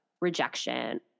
rejection